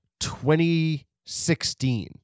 2016